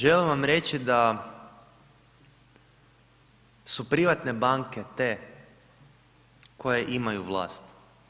Želim vam reći da su privatne banke te koje imaju vlast.